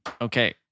Okay